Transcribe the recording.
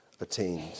attained